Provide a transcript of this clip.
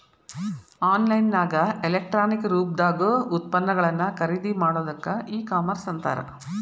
on line ನ್ಯಾಗ electronic ರೂಪ್ದಾಗ್ ಉತ್ಪನ್ನಗಳನ್ನ ಖರಿದಿಮಾಡೊದಕ್ಕ ಇ ಕಾಮರ್ಸ್ ಅಂತಾರ